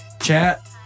chat